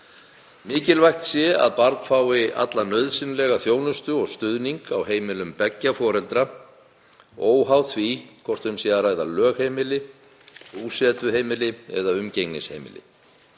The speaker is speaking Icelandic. Mikilvægt sé að barn fái alla nauðsynlega þjónustu og stuðning á heimilum beggja foreldra sinna, óháð því hvort um sé að ræða lögheimili, búsetuheimili eða umgengnisheimili.